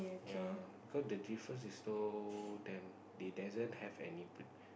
ya because the difference is so damn they doesn't have any p~